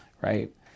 Right